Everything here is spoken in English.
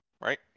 right